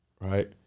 right